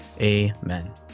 amen